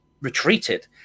retreated